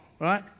right